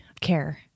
care